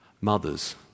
Mothers